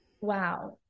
wow